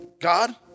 God